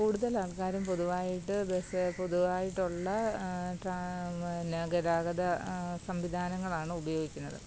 കൂടുതലാൾക്കാരും പൊതുവായിട്ട് ബസ്സ് പൊതുവായിട്ടുള്ള പിന്നെ ഗതാഗത സംവിധാനങ്ങളാണ് ഉപയോഗിക്കുന്നത്